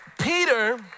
Peter